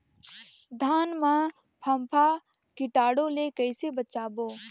धान मां फम्फा कीटाणु ले कइसे बचाबो?